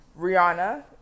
rihanna